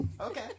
Okay